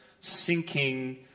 sinking